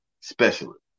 specialist